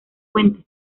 fuentes